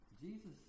Jesus